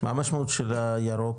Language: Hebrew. מה המשמעות של הירוק?